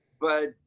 but,